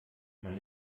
man